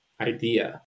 idea